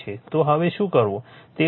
તો હવે શું કરવું કે 2 ગડબડ મેસેસ છે